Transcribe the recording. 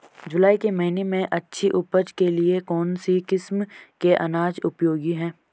जुलाई के महीने में अच्छी उपज के लिए कौन सी किस्म के अनाज उपयोगी हैं?